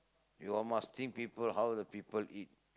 you all must think people how the people eat